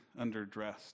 underdressed